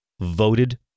voted